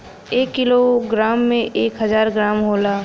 एक kilogram में एक हजार ग्राम होला